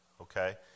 okay